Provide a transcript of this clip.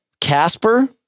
Casper